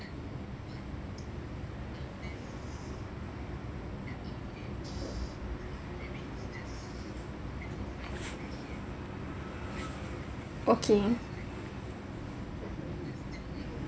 okay